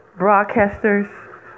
broadcasters